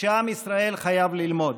שעם ישראל חייב ללמוד,